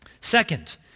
Second